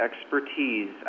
expertise